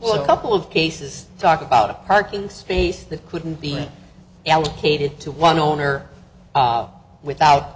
well a couple of cases talk about a parking space that couldn't be allocated to one owner without